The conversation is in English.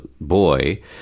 boy